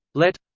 lett.